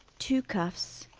two cuffs,